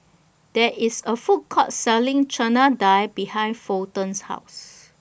There IS A Food Court Selling Chana Dal behind Fulton's House